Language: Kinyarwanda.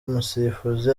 umusifuzi